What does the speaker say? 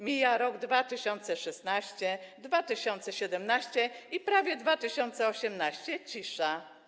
Mijają lata 2016, 2017, prawie 2018 - cisza.